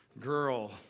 girl